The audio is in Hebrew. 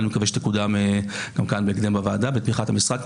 ואני מקווה שתקודם גם כאן בוועדה בהקדם בתמיכת המשרד,